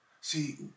See